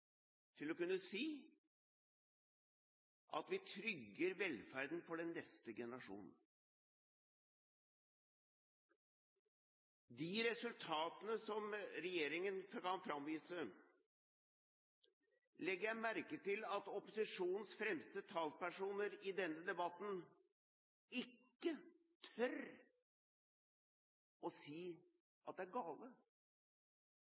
til å kunne si at vi trygger velferden for den neste generasjonen. De resultatene som regjeringen kan framvise, legger jeg merke til at opposisjonens fremste talspersoner i denne debatten ikke tør å